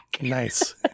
Nice